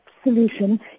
solution